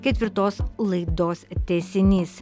ketvirtos laidos tęsinys